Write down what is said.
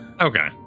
Okay